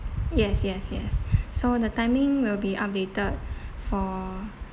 yes yes yes so the timing will be updated for